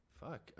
Fuck